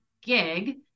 gig